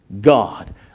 God